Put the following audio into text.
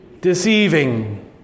deceiving